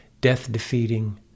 death-defeating